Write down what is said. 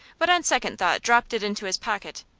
but on second thought dropped it into his pocket.